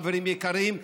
חברים יקרים,